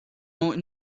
more